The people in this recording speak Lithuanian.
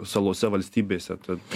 salose valstybėse tad